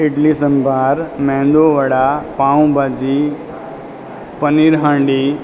idli sambar medu vada pav bhaji paneer હાંડી